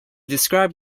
described